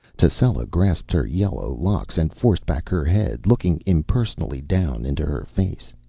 tascela grasped her yellow locks and forced back her head, looking impersonally down into her face.